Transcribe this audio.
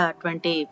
twenty